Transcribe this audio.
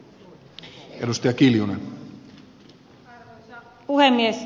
arvoisa puhemies